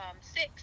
six